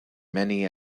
many